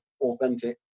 authentic